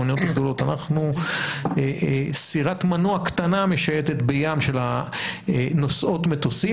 אנחנו סירת מנוע קטנה משייטת בים של נושאות המטוסים,